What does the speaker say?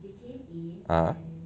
ah